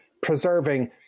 preserving